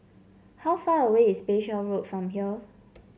how far away is Bayshore Road from here